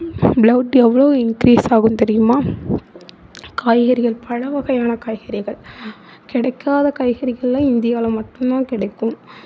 blood எவ்வளோ increase ஆகும் தெரியுமா காய்கறிகள் பல வகையான காய்கறிகள் கிடைக்காத காய்கறிகளெலாம் இந்தியாவில்தான் மட்டும்தான் கிடைக்கும்